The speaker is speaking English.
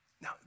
Now